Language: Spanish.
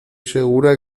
segura